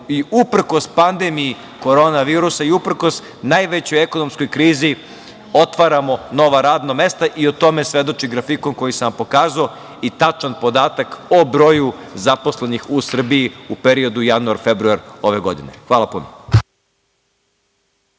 uprkos pandemiji korona virusa i uprkos najvećoj ekonomskoj krizi, otvaramo nova radna mesta i o tome svedoči grafikon koji sam vam pokazao i tačan podatak o broju zaposlenih u Srbiji u periodu januar-februar ove godine. Hvala puno.